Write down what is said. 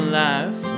life